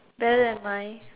better than mine